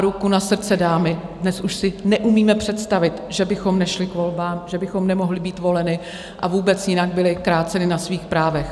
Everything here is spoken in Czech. A ruku na srdce, dámy, dnes už si neumíme představit, že bychom nešly k volbám, že bychom nemohly být voleny, a vůbec jinak byly kráceny na svých právech.